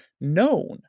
known